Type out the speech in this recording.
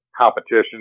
competition